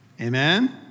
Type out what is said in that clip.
Amen